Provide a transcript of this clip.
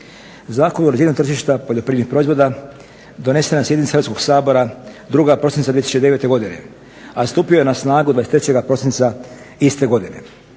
Zakon o uređenju tržišta poljoprivrednih proizvoda donesen je na sjednici Hrvatskog sabora 2. prosinca 2009. godine, a stupio je na snagu 23. prosinca iste godine.